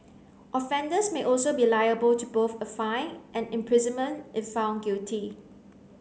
offenders may also be liable to both a fine and imprisonment if found guilty